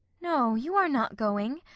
no, you are not going?